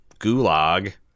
gulag